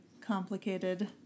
complicated